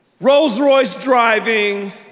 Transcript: Rolls-Royce-driving